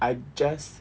I just